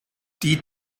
die